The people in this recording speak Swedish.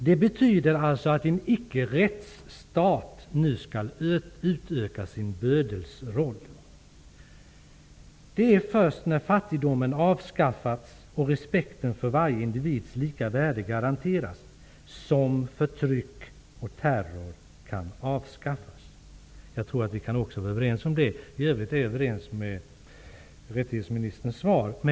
Det betyder alltså att en icke-rättsstat nu skall utöka sin bödelsroll. Det är först när fattigdomen avskaffats och respekten för varje individs lika värde garanteras som förtryck och terror kan avskaffas. Jag tror att vi kan vara överens om det. I övrigt är jag överens med rättighetsministerns svar.